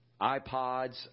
iPods